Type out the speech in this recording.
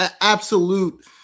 absolute